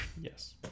yes